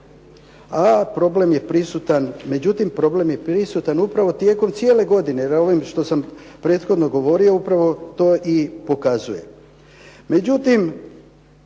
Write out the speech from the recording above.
a problem je prisutan, međutim, problem je prisutan upravo tijekom cijele godine jer ovim što sam prethodno govorio, upravo to i pokazuje.